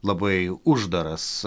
labai uždaras